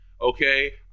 Okay